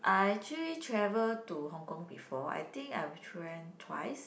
I actually travel to Hong-Kong before I think I tra~ twice